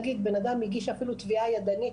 נגיד בנאדם הגיש אפילו תביעה ידנית,